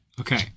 okay